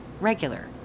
regular